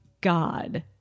God